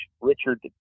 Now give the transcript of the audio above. Richard